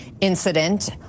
incident